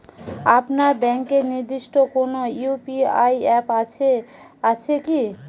আপনার ব্যাংকের নির্দিষ্ট কোনো ইউ.পি.আই অ্যাপ আছে আছে কি?